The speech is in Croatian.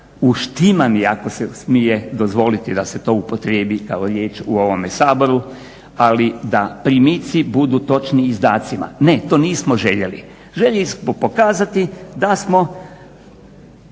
uštimani ako se smije dozvoliti da se to upotrijebi kao riječ u ovome Saboru, ali da primici budu točni izdacima. Ne, to nismo željeli. Željeli smo pokazati da smo